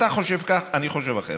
אתה חושב כך, אני חושב אחרת.